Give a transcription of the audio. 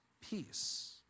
peace